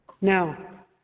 Now